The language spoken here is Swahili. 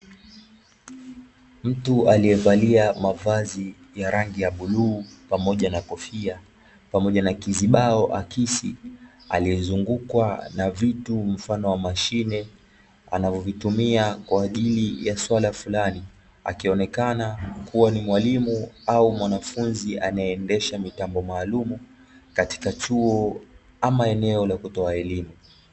Mtu aliyevalia mavazi ya rangi ya bluu pamoja na kofia, pamoja na kizubao akisi, aliyezungukwa na vitu mfano wa mashine anavyovitumia kwa ajili ya suala fulani, akionekana kuwa ni mwalimu au mwanafunzi, anayeendesha mitambo maalumu katika chuo ama eneo la kutoa elimu.